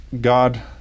God